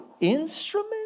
instrument